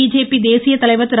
BJP தேசிய தலைவர் திரு